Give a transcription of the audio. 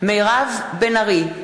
מירב בן ארי,